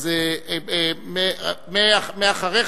אחריך,